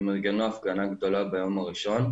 הם ארגנו הפגנה גדולה ביום הראשון,